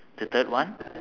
the third one